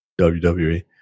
WWE